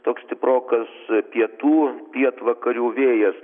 toks stiprokas pietų pietvakarių vėjas